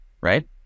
right